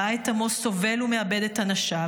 ראה את עמו סובל ומאבד את אנשיו,